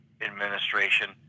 administration